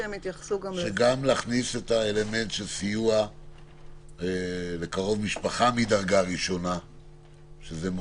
מה שרצינו להבטיח בסעיף הזה זה שלפחות הקרבה הראשונה לא